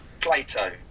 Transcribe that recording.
Plato